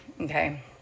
okay